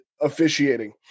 officiating